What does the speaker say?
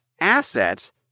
assets